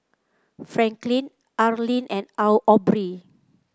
Franklin Arlyne and Aubree